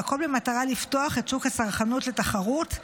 והכול במטרה לפתוח את שוק הצרכנות לתחרות,